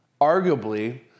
Arguably